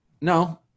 No